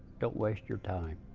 don't waste your time.